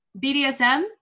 BDSM